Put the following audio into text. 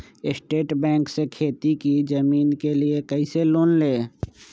State Bank से खेती की जमीन के लिए कैसे लोन ले?